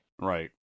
right